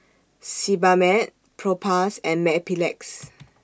Sebamed Propass and Mepilex